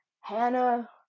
Hannah